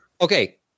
Okay